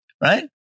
right